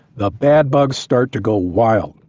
the bad bugs start to go wild,